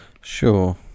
Sure